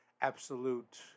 absolute